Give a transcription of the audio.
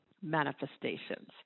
manifestations